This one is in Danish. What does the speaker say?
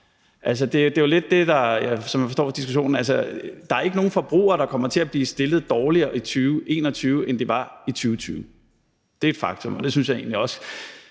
Der er ikke nogen forbrugere, der kommer til at blive stillet dårligere i 2021, end de var i 2020. Det er et faktum. Kan Venstre ikke også